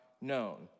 known